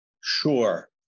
Sure